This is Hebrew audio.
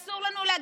גברתי, לא, לא,